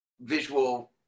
visual